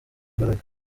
imbaraga